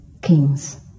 kings